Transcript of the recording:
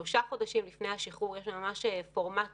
שלושה חודשים לפני השחרור יש לנו ממש פורמטים